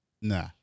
nah